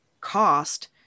cost